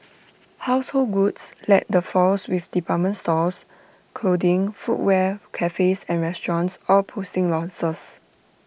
household goods led the falls with department stores clothing footwear cafes and restaurants all posting losses